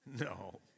No